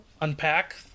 unpack